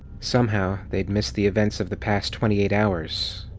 somehow, they'd missed the events of the past twenty-eight hours.